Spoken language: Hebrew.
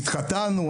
התחתנו,